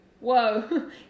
Whoa